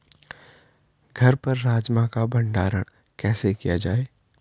घर पर राजमा का भण्डारण कैसे किया जाय?